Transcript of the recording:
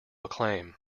acclaim